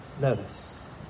notice